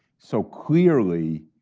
so clearly,